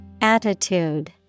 Attitude